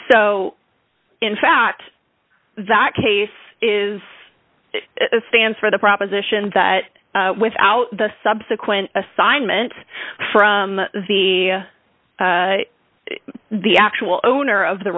so in fact that case is it stands for the proposition that without the subsequent assignment from the the actual owner of the